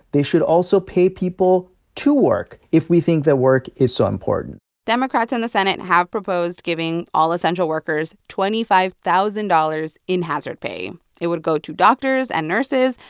they should also pay people to work if we think that work is so important democrats in the senate have proposed giving all essential workers twenty five thousand dollars in hazard pay. it would go to doctors and nurses,